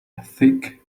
thick